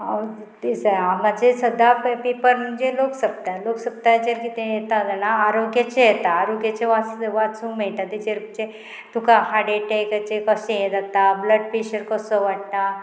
आमचे सदां पेपर म्हणजे लोक सप्ताय लोक सप्ताचेर कितें येता जाणा आरोग्याचे येता आरोग्याचे वाचूंक मेळटा तेचेर तुका हार्ट एटॅकाचे कशें हें जाता ब्लड प्रेशर कसो वाडटा